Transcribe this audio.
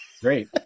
Great